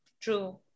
true